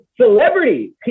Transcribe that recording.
celebrity